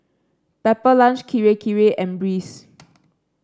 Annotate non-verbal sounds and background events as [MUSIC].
Pepper Lunch Kirei Kirei and Breeze [NOISE]